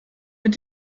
mit